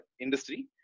industry